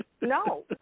No